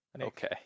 Okay